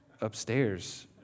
upstairs